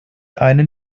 einen